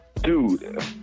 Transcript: dude